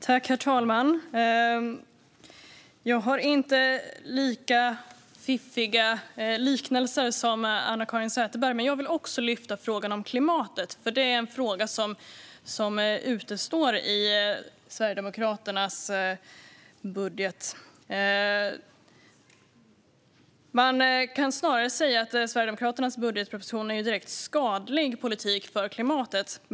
Herr talman! Jag har inte lika fiffiga liknelser som Anna-Caren Sätherberg, men jag vill också lyfta frågan om klimatet. Det är nämligen en fråga som är utestående i Sverigedemokraternas budget. Man kan snarare säga att Sverigedemokraternas budgetmotion är direkt skadlig politik för klimatet.